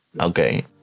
Okay